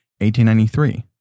1893